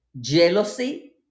jealousy